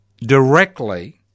directly